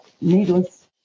needless